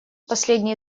последние